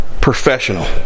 professional